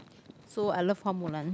so I love Hua-Mulan